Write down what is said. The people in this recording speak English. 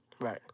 Right